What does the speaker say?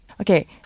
Okay